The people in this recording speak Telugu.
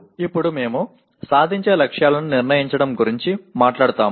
ఇప్పుడు మేము సాధించే లక్ష్యాలను నిర్ణయించడం గురించి మాట్లాడుతాము